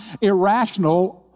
irrational